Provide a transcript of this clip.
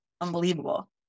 unbelievable